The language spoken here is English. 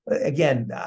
again